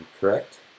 correct